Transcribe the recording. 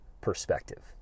perspective